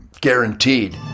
guaranteed